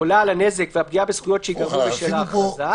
עולה על הנזק והפגיעה בזכויות שייגרמו בשל ההכרזה,